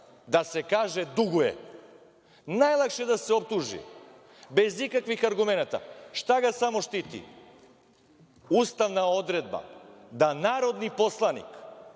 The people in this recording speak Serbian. da se kaže – duguje, najlakše je da se optuži bez ikakvih argumenata. Šta ga samo štiti? Ustavna odredba da narodni poslanik